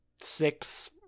six